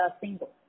single